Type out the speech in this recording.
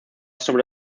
sobre